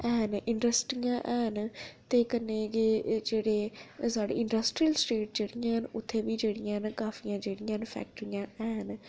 हैन इंड्र्स्टियां हैन ते कन्नै गै जेह्ड़े साढ़े इंड्र्स्टरियल स्टेट जेह्ड़ियां हैन उत्थै बी जेह्ड़ियां काफियां जेह्ड़ियां फैक्टरियां हैन